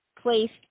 placed